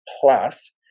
plus